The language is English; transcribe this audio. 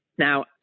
Now